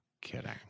kidding